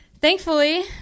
thankfully